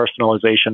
personalization